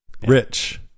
Rich